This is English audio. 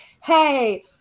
hey